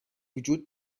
وجود